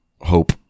hope